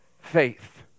faith